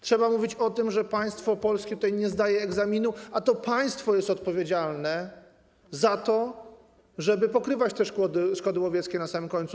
Trzeba mówić o tym, że państwo polskie tutaj nie zdaje egzaminu, a to państwo jest odpowiedzialne za to, żeby pokrywać te szkody łowieckie, na samym końcu.